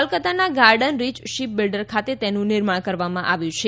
કોલકતાના Garden Reach Shipbuilder ખાતે તેનું નિર્માણ કરવામાં આવ્યું છે